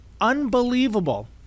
Unbelievable